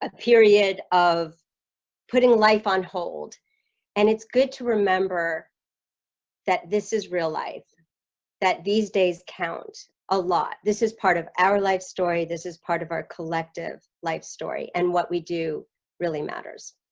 ah period of putting life on hold and it's good to remember that this is real life that these days count a lot. this is part of our life story this is part of our collective life story and what we do really matters